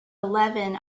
eleven